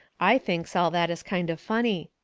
i thinks all that is kind of funny.